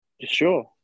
Sure